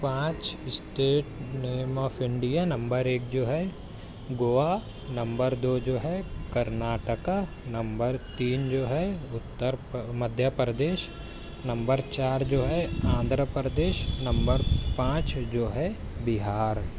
پانچ state name of India نمبر ایک جو ہے گووا نمبر دو جو ہے کرناٹکا نمبر تین جو ہے اتر مدھیہ پردیش نمبر چار جو ہے آندھراپردیش نمبر پانچ جو ہے بہار